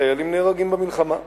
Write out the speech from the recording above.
שחיילים נהרגים במלחמה,